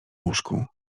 łóżku